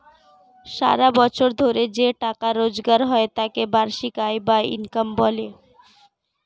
সারা বছর ধরে যে টাকা রোজগার হয় তাকে বার্ষিক আয় বা ইনকাম বলে